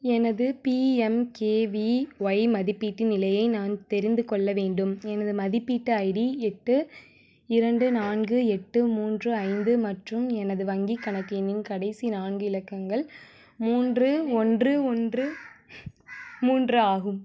எனது பிஎம்கேவிஒய் மதிப்பீட்டின் நிலையை நான் தெரிந்துக்கொள்ள வேண்டும் எனது மதிப்பீட்டு ஐடி எட்டு இரண்டு நான்கு எட்டு மூன்று ஐந்து மற்றும் எனது வங்கிக்கணக்கு எண்ணின் கடைசி நான்கு இலக்கங்கள் மூன்று ஒன்று ஒன்று மூன்று ஆகும்